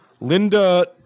Linda